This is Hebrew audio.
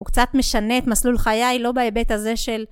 הוא קצת משנה את מסלול חיי לא בהיבט הזה של...